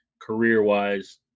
career-wise